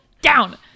down